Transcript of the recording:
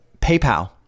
PayPal